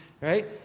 right